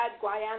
Guayana